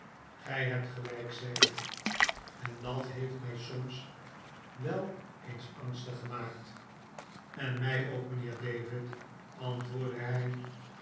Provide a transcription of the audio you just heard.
gij hebt gelijk zei ik en dat heeft mij soms wel eens angstig gemaakt en mij ook mijnheer david antwoordde hij